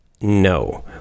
no